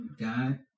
God